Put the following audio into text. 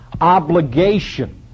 obligation